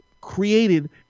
created